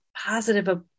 positive